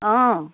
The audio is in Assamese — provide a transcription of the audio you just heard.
অঁ